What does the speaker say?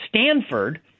Stanford